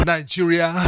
Nigeria